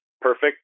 perfect